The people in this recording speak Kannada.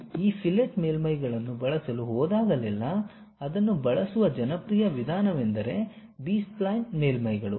ನೀವು ಈ ಫಿಲೆಟ್ ಮೇಲ್ಮೈಗಳನ್ನು ಬಳಸಲು ಹೋದಾಗಲೆಲ್ಲಾ ಅದನ್ನು ಬಳಸುವ ಜನಪ್ರಿಯ ವಿಧಾನವೆಂದರೆ ಬಿ ಸ್ಪ್ಲೈನ್ ಮೇಲ್ಮೈಗಳು